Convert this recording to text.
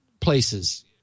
places